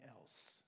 else